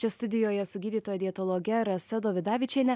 čia studijoje su gydytoja dietologe rasa dovidavičiene